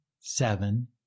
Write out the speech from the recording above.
seven